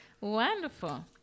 Wonderful